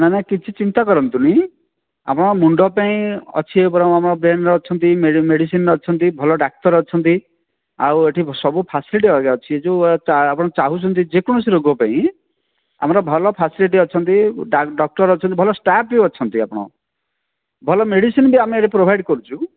ନା ନାଇ କିଛି ଚିନ୍ତା କରନ୍ତୁନି ଆପଣଙ୍କ ମୁଣ୍ଡ ପାଇଁ ଅଛି ବରଂ ଆମର ବ୍ରେନର ଅଛନ୍ତି ମେଡ଼ିସିନ ଅଛନ୍ତି ଭଲ ଡ଼ାକ୍ତର ଅଛନ୍ତି ଆଉ ଏଠି ସବୁ ଫେସଲିଟି ଆଜ୍ଞା ଅଛି ଯେଉଁ ଆପଣ ଚାହୁଁଛନ୍ତି ଯେକୌଣସି ରୋଗ ପାଇଁ ଆମର ଭଲ ଫେସଲିଟି ଅଛନ୍ତି ଡ଼କ୍ଟର ଅଛନ୍ତି ଭଲ ଷ୍ଟାପ୍ ବି ଅଛନ୍ତି ଆପଣଙ୍କ ଭଲ ମେଡ଼ିସିନ୍ ବି ଆମେ ଏଠି ପ୍ରୋଭାଇଡ଼ କରୁଛୁ